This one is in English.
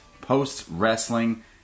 post-wrestling